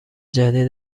جدید